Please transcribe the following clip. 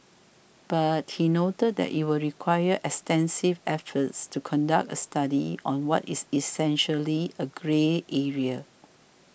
but he noted that it would require extensive efforts to conduct a study on what is essentially a grey area